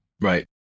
right